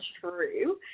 true